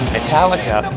Metallica